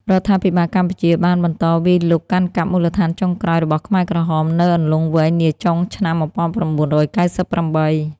រដ្ឋាភិបាលកម្ពុជាបានបន្តវាយលុកកាន់កាប់មូលដ្ឋានចុងក្រោយរបស់ខ្មែរក្រហមនៅអន្លង់វែងនាចុងឆ្នាំ១៩៩៨។